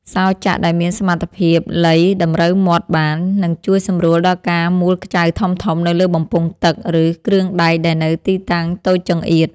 សោរចាក់ដែលមានសមត្ថភាពលៃតម្រូវមាត់បាន នឹងជួយសម្រួលដល់ការមួលខ្ចៅធំៗនៅលើបំពង់ទឹក ឬគ្រឿងដែកដែលនៅទីតាំងតូចចង្អៀត។